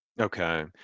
Okay